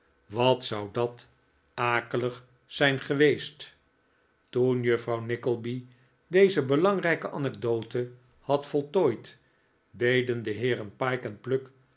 wat zou dat akelig zijn geweest toen juffrouw nickleby deze belangrijke anecdote had voltooid deden de heeren pyke en pluck